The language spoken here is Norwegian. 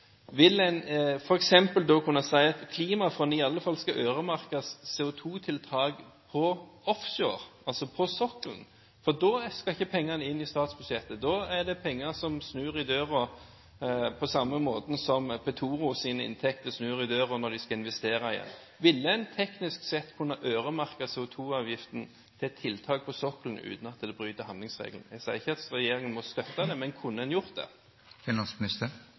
vil en da f.eks. kunne si at et klimafond i alle fall skal øremerkes CO2-tiltak offshore, altså på sokkelen? For da skal ikke pengene inn i statsbudsjettet. Da er det penger som snur i døra, på samme måte som Petoros inntekter snur i døra når de skal investere igjen. Ville en teknisk sett kunne øremerke CO2-avgiften til tiltak på sokkelen uten å bryte handlingsregelen? Jeg sier ikke at regjeringen må støtte det, men kunne en gjort